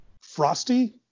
Frosty